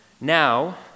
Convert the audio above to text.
Now